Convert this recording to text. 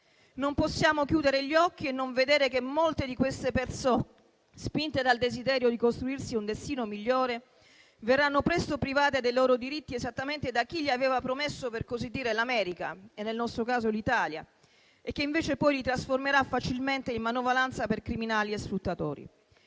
Non possiamo chiudere gli occhi e non vedere che molte di queste persone, spinte dal desiderio di costruirsi un destino migliore, verranno presto private dei loro diritti esattamente da chi aveva loro promesso, per così dire, l'America, e nel nostro caso l'Italia, e che invece poi li trasformerà facilmente in manovalanza per criminali e sfruttatori.